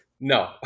No